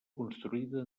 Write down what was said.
construïda